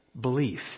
belief